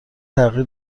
تغییر